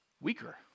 weaker